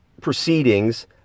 proceedings